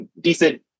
decent